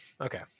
okay